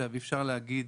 אי-אפשר להגיד